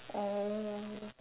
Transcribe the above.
oh